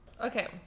Okay